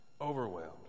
Overwhelmed